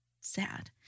sad